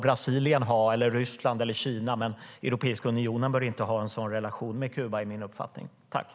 Brasilien, Ryssland eller Kina må ha en sådan relation med Kuba, men min uppfattning är att Europeiska unionen inte bör ha det.